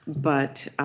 but